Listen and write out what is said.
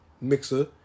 Mixer